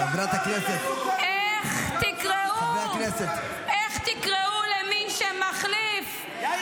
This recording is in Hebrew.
חברת הכנסת ------ איך תקראו למי שמחליף -- יאיר גולן.